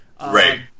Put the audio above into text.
Right